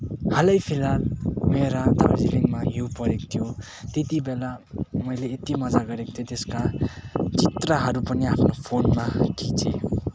हालै फिलहाल मेरा दार्जिलिङमा हिउँ परेको थियो त्यतिबेला मैले यति मजा गरेको थिएँ त्यसका चित्रहरू पनि आफ्नो फोनमा खिचेँ